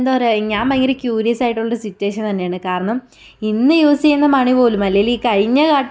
എന്താ പറയിക ഞാൻ ഭയങ്കര ക്യൂറിയസ് ആയിട്ടുള്ളൊരു സിറ്റുവേഷൻ തന്നെയാണ് കാരണം ഇന്ന് യൂസ് ചെയ്യുന്ന മണി പോലും അല്ലേല് ഈ കഴിഞ്ഞ